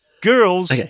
girls